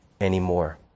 anymore